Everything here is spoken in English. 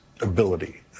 ability